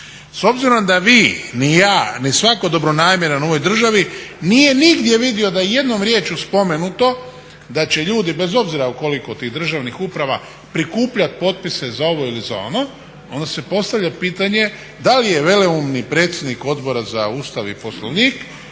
S obzirom da vi ni ja ni svako dobronamjeran u ovoj državi nije nigdje vidio da i jednom riječju spomenuto da će ljudi bez obzira o koliko tih državnih uprava prikupljat potpise za ovo ili ono, onda se postavlja pitanje da li je veleumni predsjednik Odbora za Ustav i Poslovnik